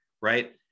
right